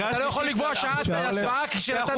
אתה לא יכול לקבוע שעת הצבעה כשנתת 33. קריאה שלישית.